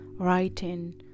writing